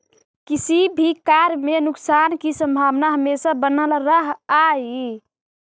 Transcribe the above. किसी भी कार्य में नुकसान की संभावना हमेशा बनल रहअ हई